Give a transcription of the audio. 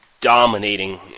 dominating